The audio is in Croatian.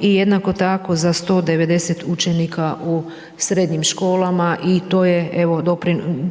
i jednako tako za 190 učenika u srednjim školama i